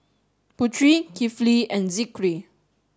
Putri Kifli and Zikri